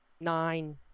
nine